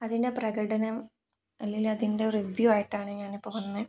അതിൻ്റെ പ്രകടനം അല്ലെങ്കില് അതിൻ്റെ റിവ്യൂ ആയിട്ടാണ് ഞാനിപ്പോള് വന്നത്